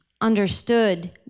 understood